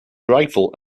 rifle